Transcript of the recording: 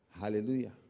Hallelujah